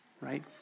Right